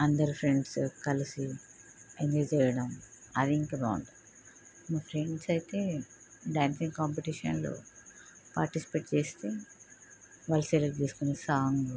అందరు ఫ్రెండ్స్ కలిసి ఎంజాయ్ చేయడం అది ఇంకా బాగుంటుంది మా ఫ్రెండ్స్ అయితే డాన్సింగ్ కాంపిటీషన్లో పార్టిసిపేట్ చేస్తే వాళ్ళు సెలెక్ట్ చేసుకునే సాంగు